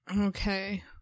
Okay